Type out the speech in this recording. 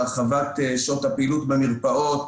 להרחבת שעות הפעילות במרפאות